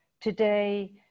today